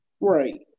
Right